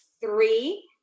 three